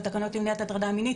לתקנות למניעת הטרדה מינית,